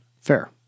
Fair